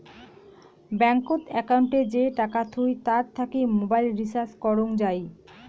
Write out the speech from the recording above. ব্যাঙ্কত একউন্টে যে টাকা থুই তার থাকি মোবাইল রিচার্জ করং যাই